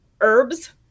herbs